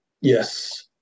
yes